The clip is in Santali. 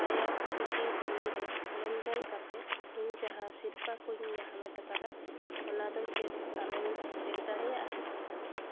ᱟᱭ ᱟᱨ ᱥᱤ ᱴᱤ ᱥᱤ ᱼᱨᱮ ᱞᱮᱱᱫᱮᱱ ᱠᱟᱛᱮᱫ ᱤᱧ ᱡᱟᱦᱟᱸ ᱥᱤᱨᱯᱟᱹᱠᱚᱧ ᱦᱟᱢᱮᱴ ᱟᱠᱟᱫᱟ ᱚᱱᱟᱫᱚ ᱪᱮᱫ ᱟᱢᱮᱢ ᱪᱮᱠ ᱫᱟᱲᱮᱭᱟᱜᱼᱟ